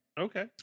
Okay